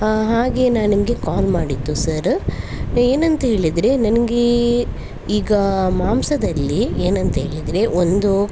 ಹಾಗೆ ನಾನು ನಿಮಗೆ ಕಾಲ್ ಮಾಡಿದ್ದು ಸರ ಏನಂತ ಹೇಳಿದರೆ ನನಗೆ ಈಗ ಮಾಂಸದಲ್ಲಿ ಏನಂತೇಳಿದರೆ ಒಂದು